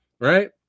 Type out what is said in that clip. right